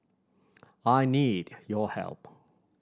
I need your help